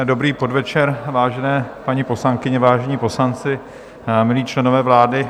Dobrý podvečer, vážené paní poslankyně, vážení páni poslanci, milí členové vlády.